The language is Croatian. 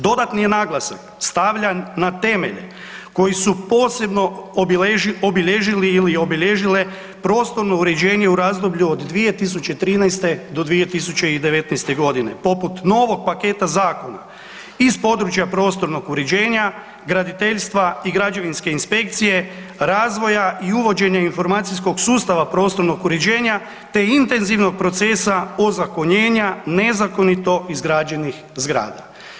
Dodatni je naglasak stavljan na temelje koji su posebno obilježili ili obilježile prostorno uređenje u razdoblju od 2013. do 2019.g., poput novog paketa zakona iz područja prostornog uređenja, graditeljstva i građevinske inspekcije, razvoja i uvođenja informacijskog sustava prostornog uređenja, te intenzivnog procesa ozakonjenja nezakonito izgrađenih zgrada.